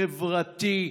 חברתי,